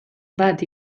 bat